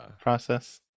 process